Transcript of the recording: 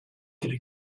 could